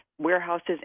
warehouses